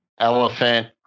elephant